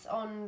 on